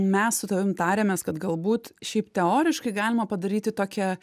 mes su tavim tariamės kad galbūt šiaip teoriškai galima padaryti tokią